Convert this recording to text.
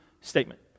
statement